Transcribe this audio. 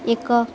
ଏକ